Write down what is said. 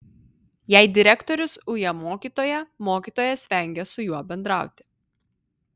jei direktorius uja mokytoją mokytojas vengia su juo bendrauti